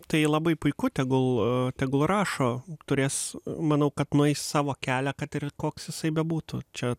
tai labai puiku tegul tegul rašo turės manau kad nueis savo kelią kad ir koks jisai bebūtų čia